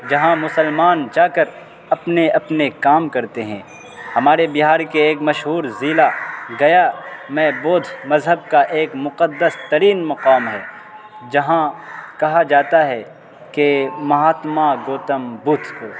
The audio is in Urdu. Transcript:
جہاں مسلمان جا کر اپنے اپنے کام کرتے ہیں ہمارے بہار کے ایک مشہور ضلع گیا میں بودھ مذہب کا ایک مقدس ترین مقام ہے جہاں کہا جاتا ہے کہ مہاتما گوتم بدھ تھے